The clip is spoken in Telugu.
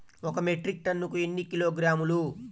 ఒక మెట్రిక్ టన్నుకు ఎన్ని కిలోగ్రాములు?